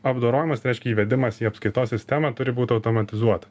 apdorojimas tai reiškia įvedimas į apskaitos sistemą turi būt automatizuota